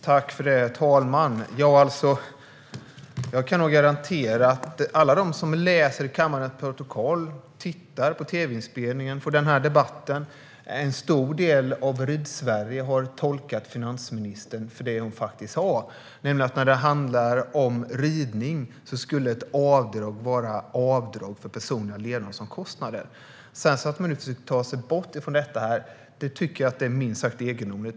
Herr talman! Jag kan nog garantera att alla som läser kammarens protokoll, som tittar på tv-inspelningen av den här debatten och en stor del av Ridsverige har tolkat finansministern på det sättet. Finansministern sa faktiskt att ett avdrag när det gäller ridning skulle vara ett avdrag för personliga levnadsomkostnader. Att hon nu försöker ta sig ur det är minst sagt egendomligt.